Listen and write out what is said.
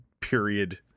period